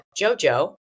JoJo